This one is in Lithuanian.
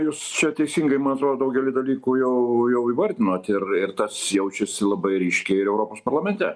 jūs čia teisingai man atrodo daugelį dalykų jau jau įvardinot ir ir tas jaučiasi labai ryškiai ir europos parlamente